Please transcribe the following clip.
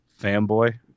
fanboy